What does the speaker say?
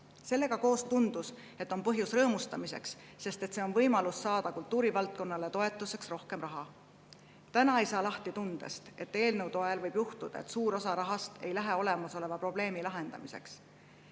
Sellega koos tundus, et on põhjust rõõmustamiseks, sest see võimaldab saada kultuurivaldkonna toetuseks rohkem raha. Täna ei saa lahti tundest, et eelnõu toel võib juhtuda, et suur osa rahast ei lähe olemasoleva probleemi lahendamiseks.